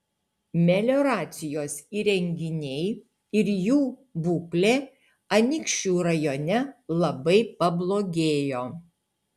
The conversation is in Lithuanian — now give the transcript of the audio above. melioracijos įrenginiai ir jų būklė anykščių rajone labai pablogėjo